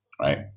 right